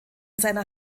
seiner